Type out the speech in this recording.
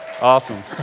awesome